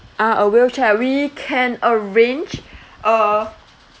ah a wheelchair we can arrange uh